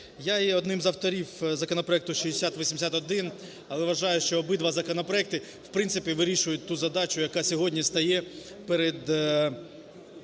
Я є одним з авторів законопроекту 6081, але вважаю, що обидва законопроекти в принципі вирішують ту задачу, яка сьогодні стає перед